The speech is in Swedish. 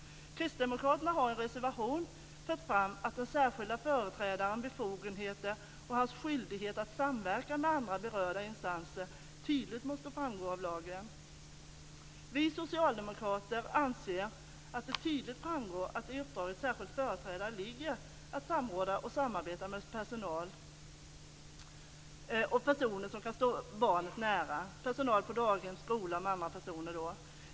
Kristdemokraterna har i en reservation fört fram att den särskilda företrädarens befogenheter och hans skyldighet att samverka med andra berörda instanser tydligt måste framgå av lagen. Vi socialdemokrater anser att det tydligt framgår att det i uppdraget särskild företrädare ligger att samråda och samarbeta med personal och personer som kan stå barnet nära - personal på daghem, i skola och andra personer.